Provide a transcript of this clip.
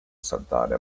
saltare